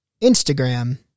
Instagram